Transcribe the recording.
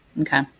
Okay